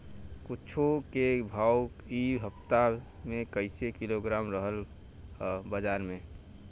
कद्दू के भाव इ हफ्ता मे कइसे किलोग्राम रहल ह बाज़ार मे?